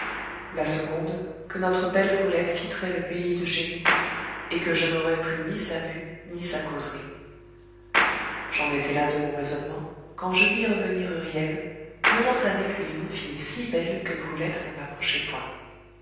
la seconde que notre belle brulette quitterait le pays de chez nous et que je n'aurais plus ni sa vue ni sa causerie j'en étais là de mon raisonnement quand je vis revenir huriel menant avec lui une fille si belle que brulette n'en approchait point